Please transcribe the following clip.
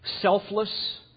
selfless